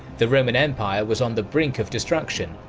the roman empire was on the brink of destruction,